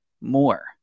more